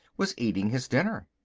was eating his dinner.